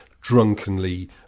drunkenly